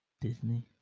Disney